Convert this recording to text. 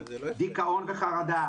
דיכאון וחרדה,